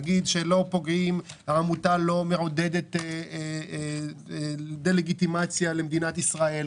למשל אם העמותה מעודדת דה-לגיטימציה למדינת ישראל,